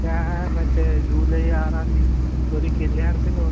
ഞാൻ മറ്റേ ജൂലൈ ആറാം തിയതി ഒര് കല്ല്യാണത്തിന്